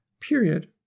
period